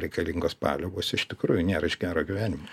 reikalingos paliaubos iš tikrųjų nėra iš gero gyvenimo